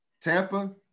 Tampa